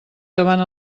davant